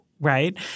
right